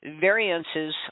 variances